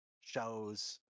shows